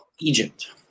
Egypt